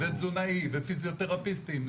תזונאי ופיזיותרפיסטים,